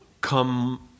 come